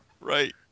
Right